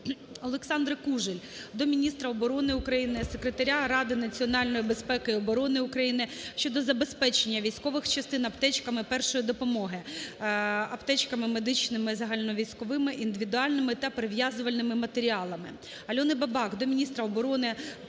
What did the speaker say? Олександри Кужель до міністра оборони України, Секретаря Ради національної безпеки і оборони України щодо забезпечення військових частин аптечками першої допомоги (аптечками медичними загальновійськовими індивідуальними) та перев'язувальними матеріалами. Альони Бабак до міністра оборони,